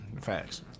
Facts